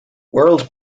world